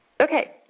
Okay